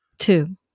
Two